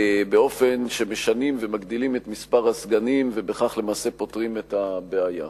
באופן שמשנים ומגדילים את מספר הסגנים ובכך למעשה פותרים את הבעיה.